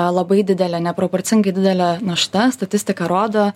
labai didelė neproporcingai didelė našta statistika rodo